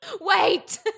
Wait